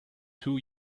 two